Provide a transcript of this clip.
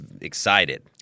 excited